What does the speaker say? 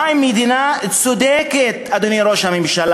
מה עם מדינה צודקת, אדוני ראש הממשלה?